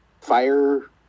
fire